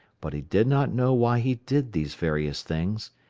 but he did not know why he did these various things.